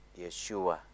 Yeshua